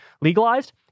legalized